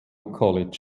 college